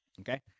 Okay